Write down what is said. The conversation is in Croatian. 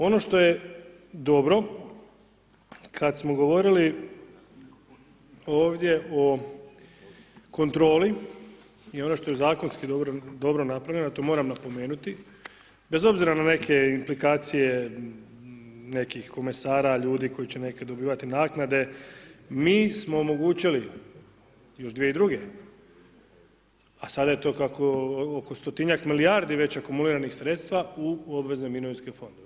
Ono što je dobro, kada smo govorili ovdje o kontroli, i ono što je zakonski dobro napravljeno, a to moram napomenuti, bez obzira na neke implikacije nekih komesara ljudi koji će neki dobivati naknade, mi smo omogućili još 2002. a sada je to kako oko 100-njak milijardi već akumuliranih sredstva u obvezni mirovinski fond.